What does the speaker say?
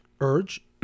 urge